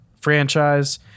franchise